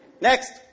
Next